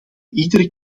iedere